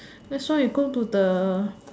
that's why we go to the